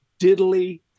diddly